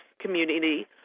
community